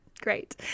Great